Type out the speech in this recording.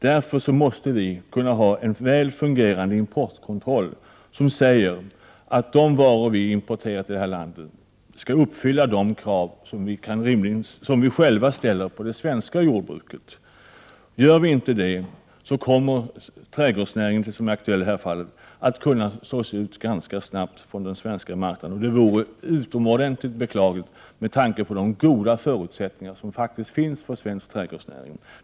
Därför måste vi ha en väl fungerande importkontroll som säger att de varor vi importerar till det här landet skall uppfylla de krav som vi själva ställer på det svenska jordbruket. Gör vi inte det kommer trädgårdsnäringen, som är aktuell i det här fallet, att kunna slås ut ganska snabbt från den svenska marknaden, och det vore utomordentligt beklagligt med tanke på de goda förutsättningar som faktiskt finns för svensk trädgårdsnäring.